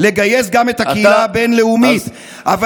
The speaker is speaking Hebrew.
ותראה איזו דמוקרטיה יש לנו,